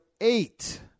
eight